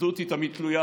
אחדות היא תמיד תלויה,